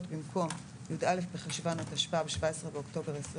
במקום "י"א בחשוון התשפ"ב (17 באוקטובר 2021)